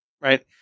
Right